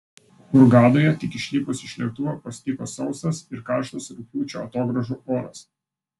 hurgadoje tik išlipus iš lėktuvo pasitiko sausas ir karštas rugpjūčio atogrąžų oras